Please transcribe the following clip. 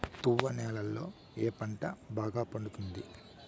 తువ్వ నేలలో ఏ పంట బాగా పండుతుంది?